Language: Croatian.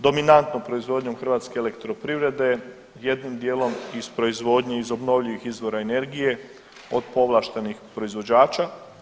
Dominantno proizvodnjom Hrvatske elektroprivrede, jednim dijelom iz proizvodnje iz obnovljivih izvora energije od povlaštenih proizvođača.